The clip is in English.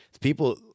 people